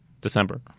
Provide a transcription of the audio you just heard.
December